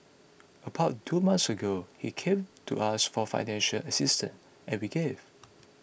about two months ago he came to us for financial assistance and we gave